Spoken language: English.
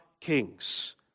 Kings